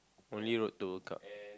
only road to World Cup